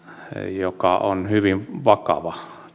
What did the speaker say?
joka on hyvin vakava